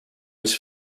was